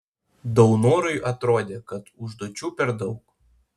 daunorui atrodė kad užduočių per daug